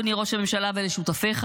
אדוני ראש הממשלה ולשותפיך,